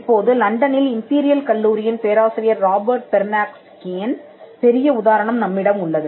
இப்போது லண்டனில் இம்பீரியல் கல்லூரியின் பேராசிரியர் ராபர்ட் பெர்நேக்ஸ்கியின் பெரிய உதாரணம் நம்மிடம் உள்ளது